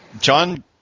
John